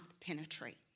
penetrate